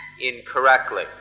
incorrectly